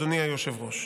אדוני היושב-ראש.